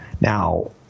Now